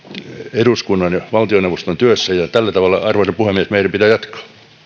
eduskunnan ja valtioneuvoston työssä ja tällä tavalla arvoisa puhemies meidän pitää jatkaa